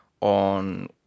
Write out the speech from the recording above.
on